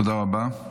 תודה רבה.